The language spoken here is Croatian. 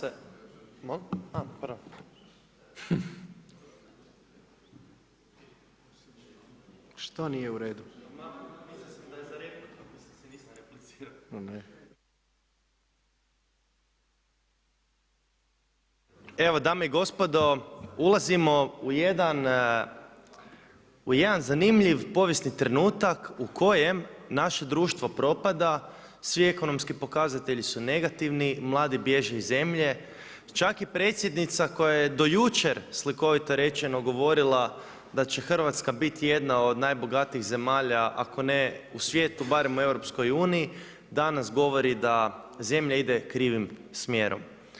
Evo dame i gospodo, ulazimo u jedan zanimljiv povijesni trenutak u kojem naše društvo propada, svi ekonomski pokazatelji su negativni, mladi bježe iz zemlje, čak i Predsjednica koja je do jučer slikovito rečeno, govorila da će Hrvatska biti jedna od najbogatijih zemalja ako ne u svijetu barem u EU-u, danas govori da zemlja ide krivim smjerom.